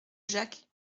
jacques